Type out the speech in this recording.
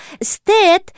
state